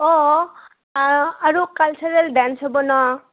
অঁ আৰু আৰু কালচাৰেল ডেন্স হ'ব ন